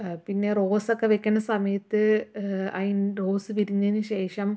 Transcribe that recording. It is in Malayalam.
പിന്നെ റോസൊക്കെ വെയ്ക്കണ സമയത്ത് അയി റോസ് വിരിഞ്ഞതിന് ശേഷം